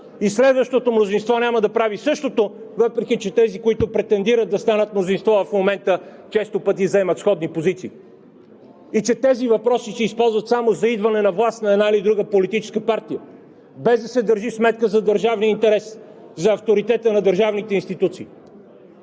и следващото мнозинство няма да прави същото, въпреки че тези, които претендират да станат мнозинство в момента, често пъти заемат сходни позиции; и че тези въпроси се използват само за идване на власт на една или друга политическа партия, без да се държи сметка за държавния интерес, за авторитета на държавните институции!